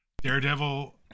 Daredevil